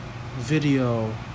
video